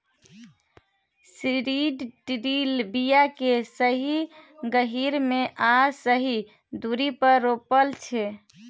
seed drill बीया केँ सही गहीर मे आ सही दुरी पर रोपय छै